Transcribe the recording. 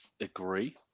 agree